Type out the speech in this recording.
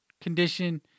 condition